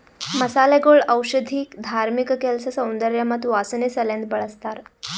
ಮಸಾಲೆಗೊಳ್ ಔಷಧಿ, ಧಾರ್ಮಿಕ ಕೆಲಸ, ಸೌಂದರ್ಯ ಮತ್ತ ವಾಸನೆ ಸಲೆಂದ್ ಬಳ್ಸತಾರ್